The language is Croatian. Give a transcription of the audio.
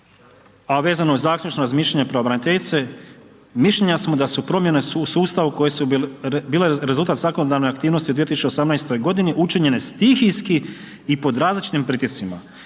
a vezano za zaključno razmišljanje pravobraniteljice, mišljenja smo da su promjene u sustavu koje su rezultat svakodnevne aktivnosti u 2018., učinjene stihijski i pod različitim pritiscima,